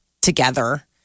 together